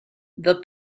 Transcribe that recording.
the